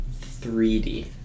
3D